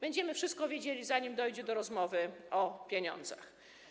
Będziemy wszystko wiedzieli, zanim dojdzie do rozmowy o pieniądzach.